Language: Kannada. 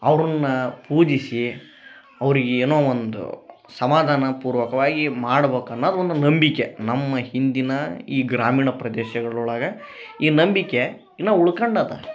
ಅವರುನ್ನ ಪೂಜಿಸಿ ಅವರಿಗೆ ಏನೋ ಒಂದು ಸಮಾಧಾನ ಪೂರ್ವಕವಾಗಿ ಮಾಡ್ಬಕು ಅನ್ನದು ಒಂದು ನಂಬಿಕೆ ನಮ್ಮ ಹಿಂದಿನ ಈ ಗ್ರಾಮೀಣ ಪ್ರದೇಶಗಳ ಒಳಗ ಈ ನಂಬಿಕೆ ಇನ್ನ ಉಳ್ಕಂಡದ